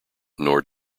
nor